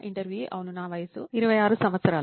ఇంటర్వ్యూఈ అవును నా వయసు 26 సంవత్సరాలు